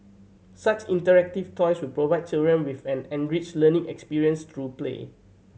such interactive toys will provide children with an enriched learning experience through play